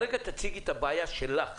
אבל תציגי כרגע את הבעיה שלך.